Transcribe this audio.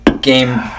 game